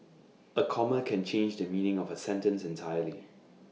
A comma can change the meaning of A sentence entirely